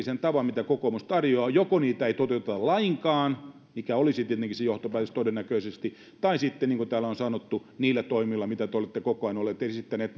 sen tavan mitä kokoomus tarjoaa niin joko hankkeita ei toteuteta lainkaan mikä olisi tietenkin se johtopäätös todennäköisesti tai sitten niin kuin täällä on sanottu niillä toimilla mitä te olette koko ajan esittäneet